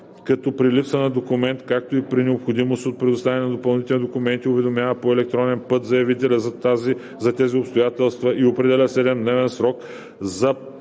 като при липса на документ, както и при необходимост от предоставяне на допълнителни документи уведомява по електронен път заявителя за тези обстоятелства и определя 7-дневен срок за предоставяне